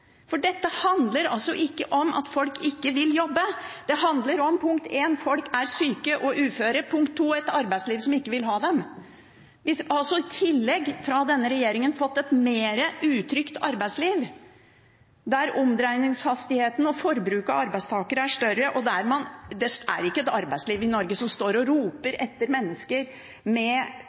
for dette handler ikke om at folk ikke vil jobbe. Det handler for det første om at folk er syke og uføre, og for det andre om et arbeidsliv som ikke vil ha dem. De har fra denne regjeringen i tillegg fått et mer utrygt arbeidsliv, der omdreiningshastigheten og forbruket av arbeidstakere er større. Det er ikke et arbeidsliv i Norge som står og roper etter mennesker